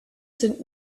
sind